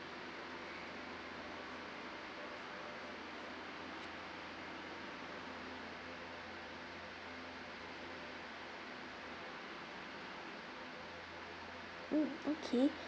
mm okay